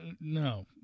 No